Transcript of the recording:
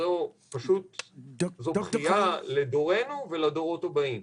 זו פגיעה לדורנו ולדורות הבאים.